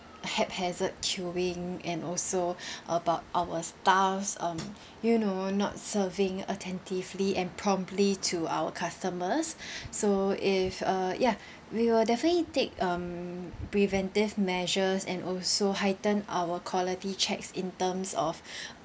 haphazard queuing and also about our staffs um you know not serving attentively and promptly to our customers so if uh ya we will definitely take um preventive measures and also heightened our quality checks in terms of